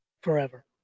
forever